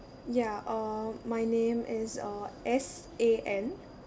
ya uh my name is uh S A N